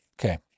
okay